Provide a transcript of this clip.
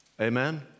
Amen